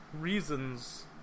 reasons